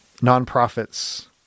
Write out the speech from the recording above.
nonprofits